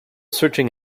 searching